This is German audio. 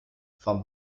vom